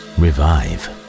revive